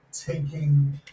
taking